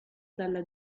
dalla